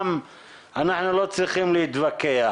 גם אנחנו לא צריכים להתווכח.